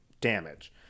damage